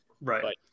Right